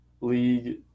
league